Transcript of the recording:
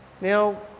now